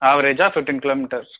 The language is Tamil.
ஆவரேஜாக ஃபிஃப்டீன் கிலோ மீட்டர்ஸ்